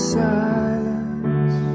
silence